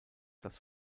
das